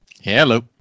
hello